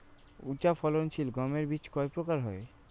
উচ্চ ফলন সিল গম বীজ কয় প্রকার হয়?